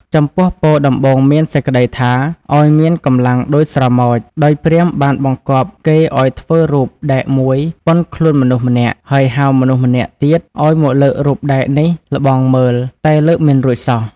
ចំពោះពរដំបូងមានសេចក្ដីថា ឲ្យមានកម្លាំងដូចស្រមោច ដោយព្រាហ្មណ៍បានបង្គាប់គេឲ្យធ្វើរូបដែកមួយប៉ុនខ្លួនមនុស្សម្នាក់ ហើយហៅមនុស្សម្នាក់ទៀតឲ្យមកលើករូបដែកនេះល្បងមើល តែលើកមិនរួចសោះ។